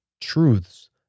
truths